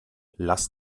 lass